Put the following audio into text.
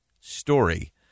story